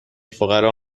فقرا